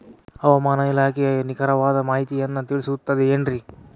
ಹವಮಾನ ಇಲಾಖೆಯ ನಿಖರವಾದ ಮಾಹಿತಿಯನ್ನ ತಿಳಿಸುತ್ತದೆ ಎನ್ರಿ?